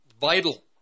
vital